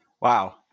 Wow